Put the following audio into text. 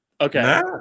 okay